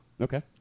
Okay